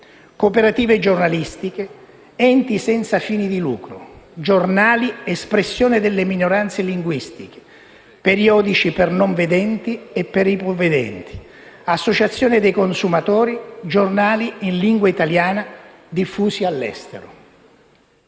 cooperative giornalistiche, enti senza fini di lucro, giornali espressione delle minoranze linguistiche, periodici per non vedenti e per ipovedenti, associazioni dei consumatori, giornali in lingua italiana diffusi all'estero.